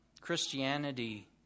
Christianity